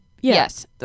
Yes